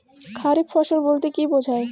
খারিফ ফসল বলতে কী বোঝায়?